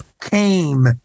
came